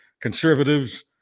Conservatives